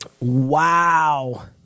Wow